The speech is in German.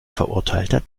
verurteilter